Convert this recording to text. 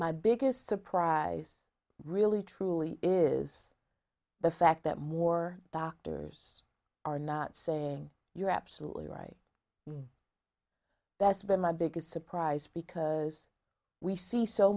my biggest surprise really truly is the fact that more doctors are not saying you're absolutely right that's been my biggest surprise because we see so